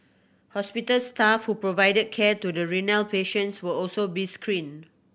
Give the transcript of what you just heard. hospital staff who provided care to the renal patients will also be screened